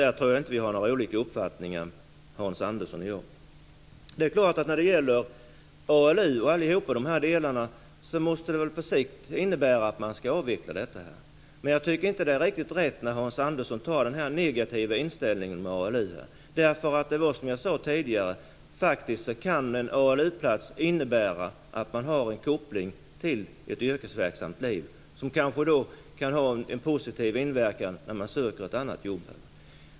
Där tror jag inte att vi har några olika uppfattningar Hans På sikt måste detta innebära att man skall avveckla ALU osv. Men jag tycker inte att det är riktigt rätt när Hans Andersson tar upp den negativa inställningen till ALU. Som jag sade tidigare kan faktiskt en ALU plats innebära att man får en koppling till ett yrkesverksamt liv. Det kan kanske ha en positiv inverkan när man söker ett annat jobb.